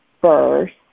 first